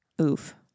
Oof